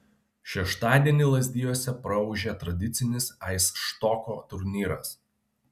šeštadienį lazdijuose praūžė tradicinis aisštoko turnyras